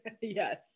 yes